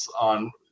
on